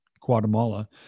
Guatemala